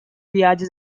viatges